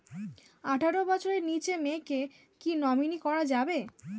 আঠারো বছরের নিচে মেয়েকে কী নমিনি করা যাবে?